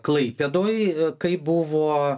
klaipėdoj kai buvo